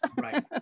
right